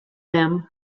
them